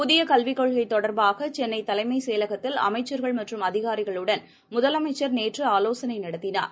புதியகல்விக் கொள்கைதொடர்பாகசென்னைதலைமைச் செயகலத்தில் அமைச்சர்கள் மற்றும் அதிகாரிகளுடன் முதலமைச்சர் நேற்றுஆலோசனைநடத்தினார்